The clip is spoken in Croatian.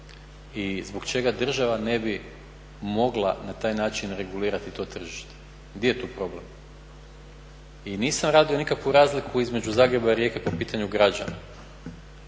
I zbog čega država ne bi mogla na taj način regulirati to tržište, di je tu problem? I nisam radio nikakvu razliku između Zagreba i Rijeke po pitanju građana.